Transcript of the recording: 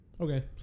Okay